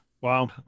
Wow